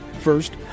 First